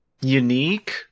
unique